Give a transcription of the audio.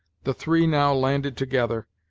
the three now landed together,